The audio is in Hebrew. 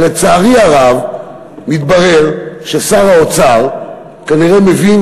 אבל לצערי הרב מתברר ששר האוצר כנראה מבין